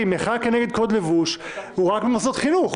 ומחאה נגד קוד לבוש הוא רק במוסדות החינוך.